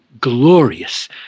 glorious